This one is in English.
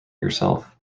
yourself